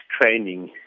training